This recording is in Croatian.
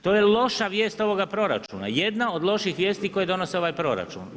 To je loša vijest ovog proračuna, jedna od loših vijesti koje donosi ovaj proračun.